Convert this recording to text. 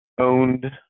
owned